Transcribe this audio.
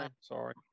Sorry